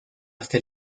hasta